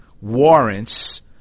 warrants